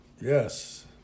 Yes